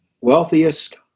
wealthiest